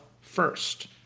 first